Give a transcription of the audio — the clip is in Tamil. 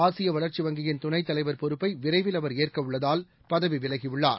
ஆசியவளர்ச்சி வங்கியின் துணைத் தலைவர் பொறுப்பவிரைவில் அவர் ஏற்கவுள்ளதால் பதவிவிலகியுள்ளார்